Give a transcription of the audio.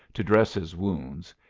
to dress his wounds,